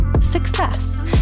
success